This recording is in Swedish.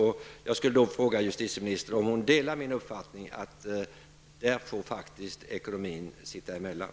Delar justitieministern min uppfattning att ekonomin faktiskt får sitta emellan?